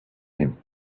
him